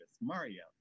Mario